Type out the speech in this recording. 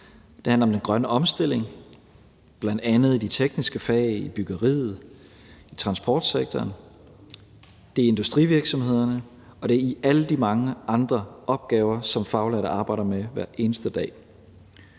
det handler om den grønne omstilling, bl.a. de tekniske fag i byggeriet og i transportsektoren; det er industrivirksomhederne; og det er alle de mange andre opgaver, som faglærte arbejder med hver eneste dag.